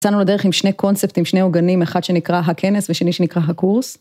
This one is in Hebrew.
צאנו לדרך עם שני קונספטים, שני הוגנים, אחד שנקרא הכנס, ושני שנקרא הקורס.